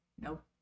Nope